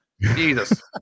Jesus